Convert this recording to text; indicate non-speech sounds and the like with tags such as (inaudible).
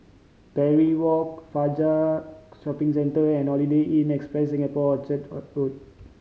Parry Walk Fajar Shopping Centre and Holiday Inn Express Singapore (unintelligible) Road